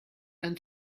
and